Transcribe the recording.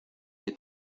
que